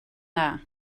dda